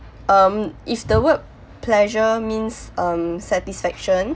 um if the word pleasure means um satisfaction